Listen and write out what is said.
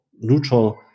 neutral